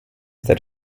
that